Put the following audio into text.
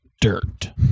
dirt